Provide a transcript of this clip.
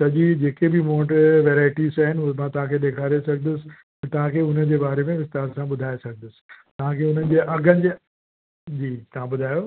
सॼी जेके बि मूं वटि वैरायटीज आहिनि उहो मां तव्हांखे ॾेखारे सघंदुसि त तव्हांखे उन जे बारे में विस्तार सां ॿुधाए सघंदुसि तव्हांखे उन्हनि जे अघनि जे जी तव्हां ॿुधायो